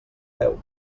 veu